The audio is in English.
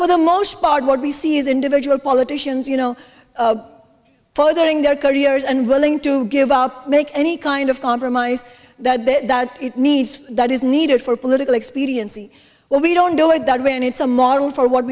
for the most part what we see is individual politicians you know furthering their careers and willing to give out make any kind of compromise that they need that is needed for political expediency when we don't do it that way and it's a model for what